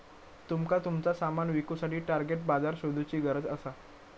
तुमका तुमचा सामान विकुसाठी टार्गेट बाजार शोधुची गरज असा